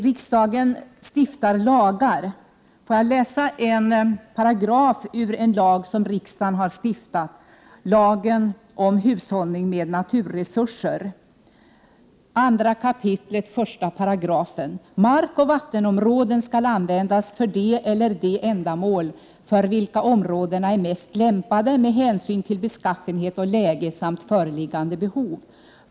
Riksdagen stiftar lagar — låt mig läsa en paragraf ur en lag som riksdagen har stiftat, lagen om hushållning med naturresurser, 2 kap. 1 §: ”Markoch vattenområden skall användas för det eller de ändamål för vilka områdena är mest lämpade med hänsyn till beskaffenhet och läge samt föreliggande behov.